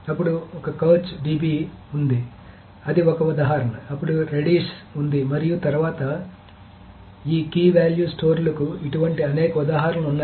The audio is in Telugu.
అప్పుడు ఒక కౌచ్ DB ఉంది అది ఒక ఉదాహరణ అప్పుడు రెడిస్ ఉంది మరియు తరువాత ఈ కీ వాల్యూ స్టోర్లకు ఇటువంటి అనేక ఉదాహరణలు ఉన్నాయి